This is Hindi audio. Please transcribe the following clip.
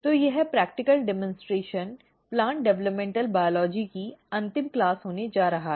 तो यह practical demonstration plant developmental biology की अंतिम क्लास होने जा रहा है